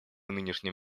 нынешнем